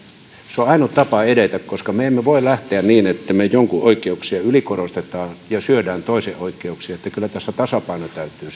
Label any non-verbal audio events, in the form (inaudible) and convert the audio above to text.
se on ainut tapa edetä koska me emme voi lähteä niin että me jonkun oikeuksia ylikorostamme ja syömme toisen oikeuksia kyllä tässä tasapaino täytyy (unintelligible)